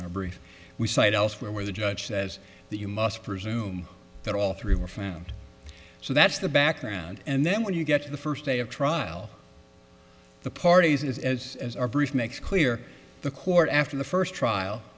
our brief we cite elsewhere where the judge says that you must presume that all three were found so that's the background and then when you get to the first day of trial the parties as as our brief makes clear the court after the first trial